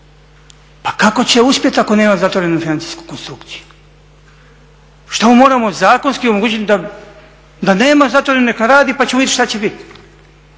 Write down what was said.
Pa kako će uspjeti ako nema zatvorenu financijsku konstrukciju? Što mu moramo zakonski omogućiti da nema zatvorenu, neka radi pa ćemo vidjeti što će biti?